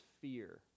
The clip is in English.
fear